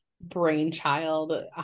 brainchild